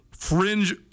Fringe